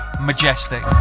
majestic